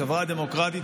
בחברה דמוקרטית,